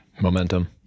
Momentum